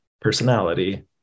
personality